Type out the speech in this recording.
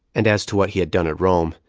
and as to what he had done at rome,